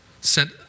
sent